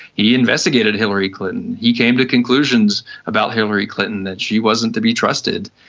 he investigated hillary clinton, he came to conclusions about hillary clinton, that she wasn't to be trusted.